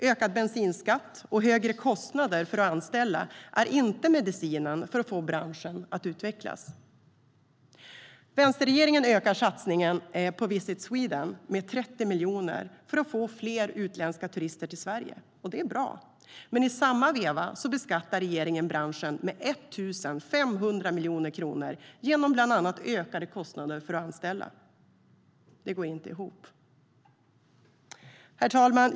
Ökad bensinskatt och högre kostnader för att anställa är inte medicinen för att få branschen att utvecklas. Herr talman!